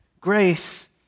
Grace